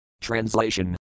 TRANSLATION